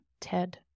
Ted